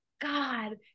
God